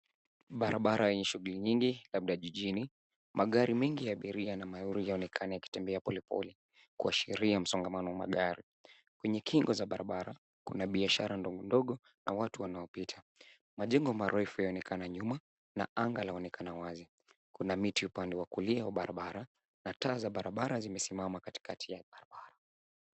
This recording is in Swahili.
Barabara enye shuguli nyingi, labda jijini. Magari mengi ya abiria na malori yaonekana yakitembea polepole kuashiria msongamano wa magari. Kwenye kingo za barabara kuna biashara ndogondogo na watu wanao pita. Majengo marefu yaonekana nyuma na anga laonekana wazi. Kuna miti upande wa kulia au barabara na taa za barabara zimesimama katikati yake.